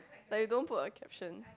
like you don't put a caption